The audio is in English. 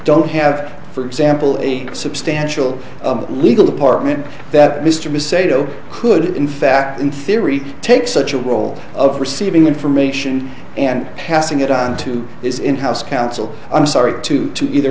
don't have for example a substantial legal department that mr macedo could in fact in theory take such a role of receiving information and passing it on to its in house counsel i'm sorry to to either